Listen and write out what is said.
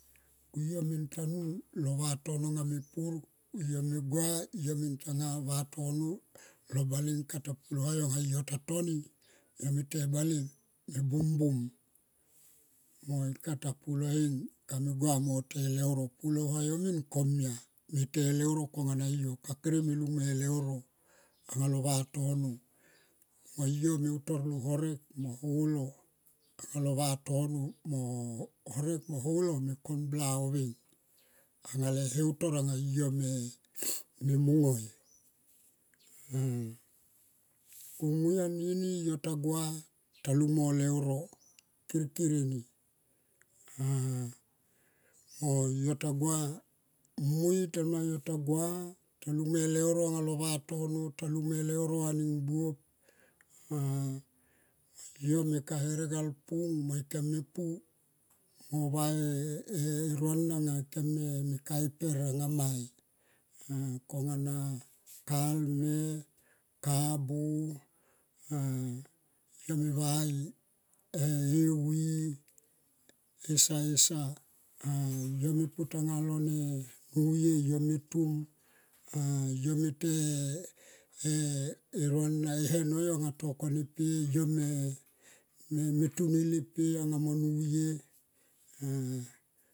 Ku yo me ntanun lo vatono anga mepur yo me gua yo me tanga vatono lo balengkem ta puloua yo anga yo ta noni. Yo mete e bale me bumbum moika ta puloeng kame gua mo te eleuro. Pulo hua yo mi kom ya mete eleuro konga na yo ka kere me lung mo eleuro anga lo vatono mo yo me utor lo herek mo holo alo vo vatono mo holo me kon bla oveng anga le heutor anga yo me mung oi. Kumui anini yo ta gua ta lung mo leuro kirkir eni ah mo yo ta gua mui tamlanga yotagua ta lung mo e leuro anga le vatono anga aning buop yo me ka herek alpung mo va e rona me ka eper anga mai. Kong ana kalme, kabu ah yo me vai e vi e sa esa ah yo me pu tanga lo nuy e yome tam, yo me to e rona e he no yo to kon e pe yo me tu nelep pe anga mo nuye.